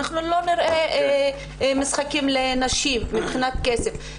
לא נראה משחקים לנשים מבחינת כסף.